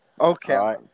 Okay